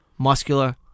Muscular